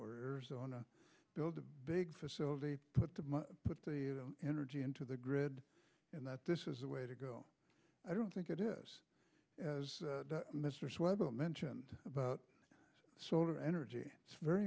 or arizona build a big facility put to put the energy into the grid and that this is the way to go i don't think it is as mr sweater mentioned about solar energy it's very